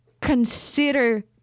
consider